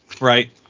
Right